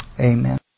Amen